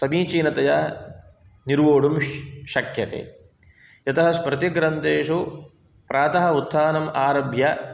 समीचीनतया निर्वोढुं श् शक्यते यतः स्मृतिग्रन्थेषु प्रातः उत्थानम् आरभ्य